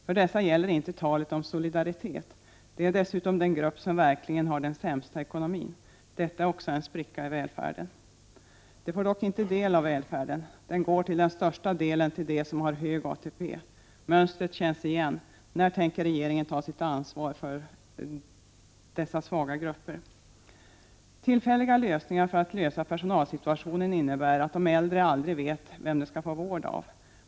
För dessa gäller inte talet om solidaritet. De är dessutom den grupp som verkligen har den sämsta ekonomin. Detta är också en spricka i välfärden. De får dock inte del av välfärden, utan den går till största delen till dem som har hög ATP. Mönstret känns igen. När tänker regeringen ta sitt ansvar för dessa svaga grupper? Tillfälliga lösningar för att klara personalsituationen innebär att de äldre aldrig vet vem de skall få vård av.